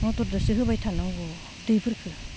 मटरदोसो होबाय थानांगौ दैफोरखौ